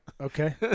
okay